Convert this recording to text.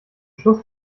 schluss